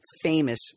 famous